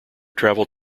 traveled